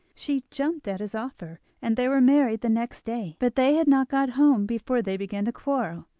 she jumped at his offer, and they were married the next day. but they had not got home before they began to quarrel.